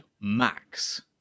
Max